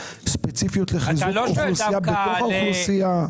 ספציפיות לחיזוק אוכלוסייה בתוך האוכלוסייה?